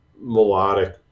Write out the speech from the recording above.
melodic